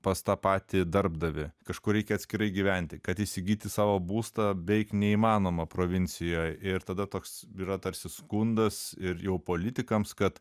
pas tą patį darbdavį kažkur reikia atskirai gyventi kad įsigyti savo būstą beveik neįmanoma provincijoj ir tada toks yra tarsi skundas ir jau politikams kad